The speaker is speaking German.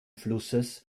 flusses